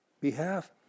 behalf